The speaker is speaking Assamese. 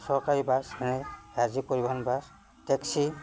চৰকাৰী বাছ মানে ৰাজ্যিক পৰিবহণ বাছ টেক্সি